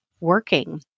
working